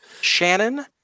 Shannon